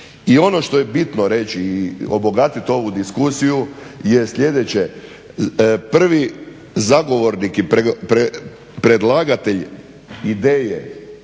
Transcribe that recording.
I ono što je bitno reći i obogatit ovu diskusiju je sljedeće. Prvi zagovornik i predlagatelj ideje